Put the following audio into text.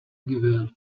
gewählt